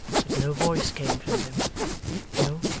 but no voice came from them no,